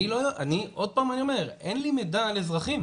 אני, עוד פעם אני אומר, אין לי מידע על אזרחים.